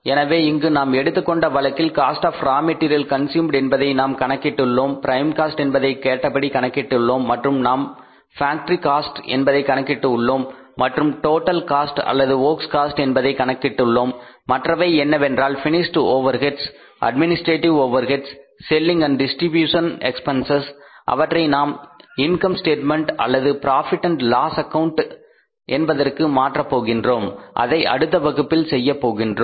எனவே இங்கு நாம் எடுத்துக் கொண்ட வழக்கில் cost of raw material consumed என்பதை நாம் கணக்கிட்டுள்ளோம் ப்ரைம் காஸ்ட் என்பதை கேட்டபடி கணக்கிட்டுள்ளோம் மற்றும் நாம் ஃபேக்டரி காஸ்ட் என்பதை கணக்கிட்டு உள்ளோம் மற்றும் டோட்டல் காஸ்ட் அல்லது ஒர்க்ஸ் காஸ்ட் என்பதை கணக்கிட்டுள்ளோம் மற்றவை என்னவென்றால் finished overhead administrative overheads selling and distribution expenses Selling Distribution Expenses அவற்றை நாம் இன்பம் ஸ்டேட்மெண்ட் அல்லது profit and loss account Profit Loss Account என்பதற்கு மாற்ற போகின்றோம் அதை அடுத்த வகுப்பில் செய்யப் போகின்றோம்